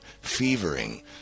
fevering